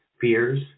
fears